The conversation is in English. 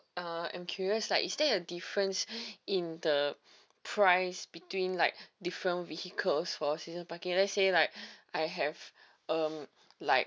uh I'm curious like is there a difference in the price between like different vehicles for season parking let's say like I have um like